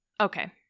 Okay